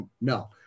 No